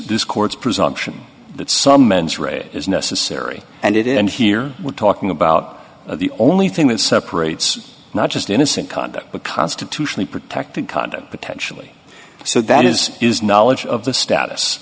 this court's presumption that some mens rea is necessary and it is and here we're talking about the only thing that separates not just innocent conduct but constitutionally protected conduct potentially so that is is knowledge of the status